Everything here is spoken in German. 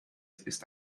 ist